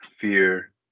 fear